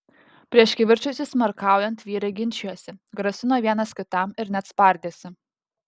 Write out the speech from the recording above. prieš kivirčui įsismarkaujant vyrai ginčijosi grasino vienas kitam ir net spardėsi